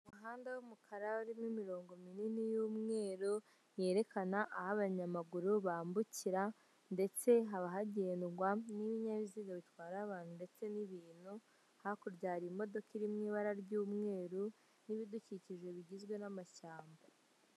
Umugore wambaye ikanzu y'amabara impande ye umusore uhetse igikapu cy'umutuku imbere yabo hari umugabo wambaye imyenda y'icyatsi kibisi, ushinzwe umutekano inyuma yabo inyubako ndende ikorerwamo ubucuruzi.